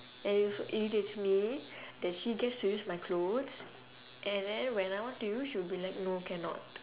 and it also irritates me that she gets to use my clothes and then when I want to use she will be like no cannot